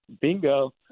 Bingo